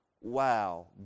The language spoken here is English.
wow